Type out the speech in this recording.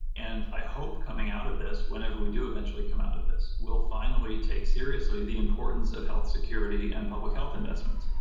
and i hope, coming out of this, whenever we do eventually come out of this, we'll finally take seriously the importance of health security and public health investments.